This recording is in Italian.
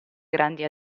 grandi